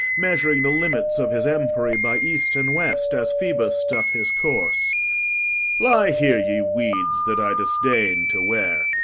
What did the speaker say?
measuring the limits of his empery by east and west, as phoebus doth his course lie here, ye weeds, that i disdain to wear!